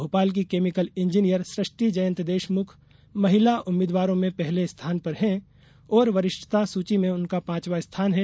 भोपाल की chemical engineer Srushti Jayant Deshmukh महिला उम्मीदवारों में पहले स्थान पर हैं और वरिष्ठता सूची में उनका पाँचवां स्थान है